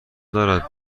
دارد